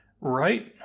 right